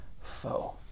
foe